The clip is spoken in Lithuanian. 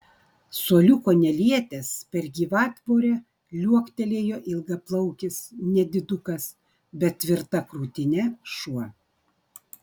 suoliuko nelietęs per gyvatvorę liuoktelėjo ilgaplaukis nedidukas bet tvirta krūtine šuo